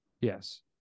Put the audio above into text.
yes